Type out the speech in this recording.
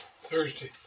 Thursday